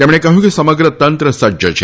તેમણે કહ્યું કે સમગ્ર તંત્ર સજ્જ છે